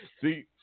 See